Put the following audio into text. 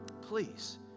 Please